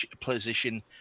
position